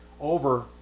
over